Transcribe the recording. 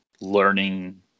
learning